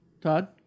Todd